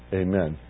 amen